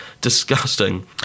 disgusting